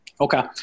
Okay